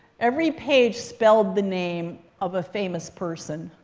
every page spelled the name of a famous person.